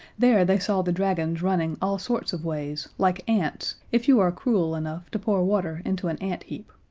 there they saw the dragons running all sorts of ways like ants if you are cruel enough to pour water into an ant-heap,